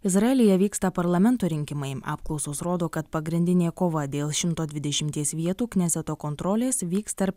izraelyje vyksta parlamento rinkimai apklausos rodo kad pagrindinė kova dėl šimto dvidešimties vietų kneseto kontrolės vyks tarp